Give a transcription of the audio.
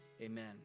amen